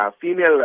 Female